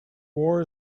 war